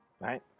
Right